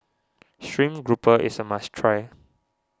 Stream Grouper is a must try